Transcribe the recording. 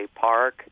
Park